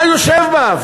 אתה יושב בה,